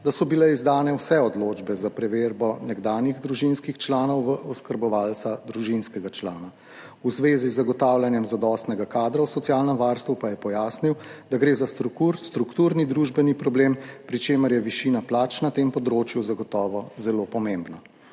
da so bile izdane vse odločbe za preverbo nekdanjih družinskih članov v oskrbovalca družinskega člana. V zvezi z zagotavljanjem zadostnega kadra v socialnem varstvu pa je pojasnil, da gre za strukturni družbeni problem, pri čemer je višina plač na tem področju zagotovo zelo pomembna.